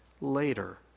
later